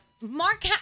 Mark